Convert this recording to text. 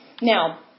Now